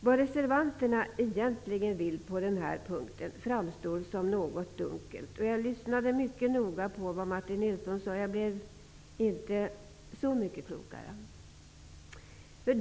Vad reservanterna egentligen vill på denna punkt framstår som något dunkelt. Jag lyssnade mycket noga på vad Martin Nilsson sade, men jag blev inte så mycket klokare.